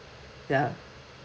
ya